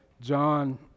John